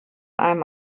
einem